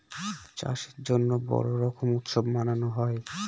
চাষের জন্য বড়ো রকম উৎসব মানানো হয়